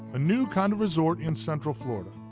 a new kind of resort in central florida.